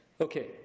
Okay